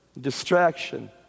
distraction